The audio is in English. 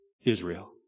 Israel